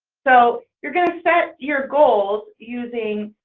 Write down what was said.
so you're going to set your goals using